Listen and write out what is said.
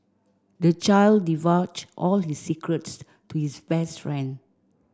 the child divulged all his secrets to his best friend